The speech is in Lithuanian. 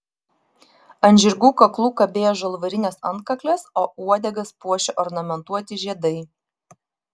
ant žirgų kaklų kabėjo žalvarinės antkaklės o uodegas puošė ornamentuoti žiedai